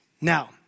Now